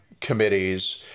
committees